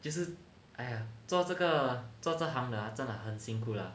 就是哎呀做这个做这行的真的很辛苦啦